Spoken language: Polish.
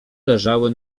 leżały